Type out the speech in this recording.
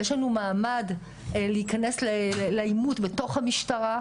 יש לנו מעמד להיכנס לעימות בתוך המשטרה,